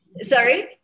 sorry